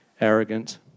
arrogant